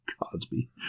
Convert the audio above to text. Cosby